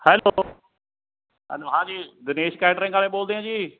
hello hello ਹਾਂਜੀ Dinesh catering ਵਾਲੇ ਬੋਲਦੇ ਉ ਜੀ